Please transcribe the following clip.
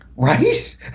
Right